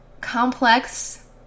complex